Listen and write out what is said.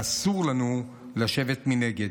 ואסור לנו לשבת מנגד.